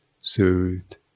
soothed